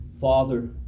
Father